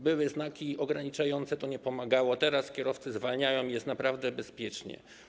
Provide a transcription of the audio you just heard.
Były znaki ograniczające, ale to nie pomagało, a teraz kierowcy zwalniają i jest naprawdę bezpiecznie.